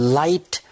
light